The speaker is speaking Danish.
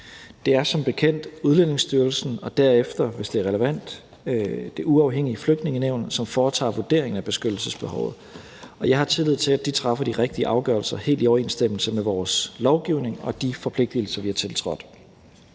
Det er som bekendt Udlændingestyrelsen og derefter, hvis det er relevant, det uafhængige Flygtningenævn, som foretager vurderingen af beskyttelsesbehovet, og jeg har tillid til, at de træffer de rigtige afgørelser helt i overensstemmelse med vores lovgivning og de forpligtelser, vi har.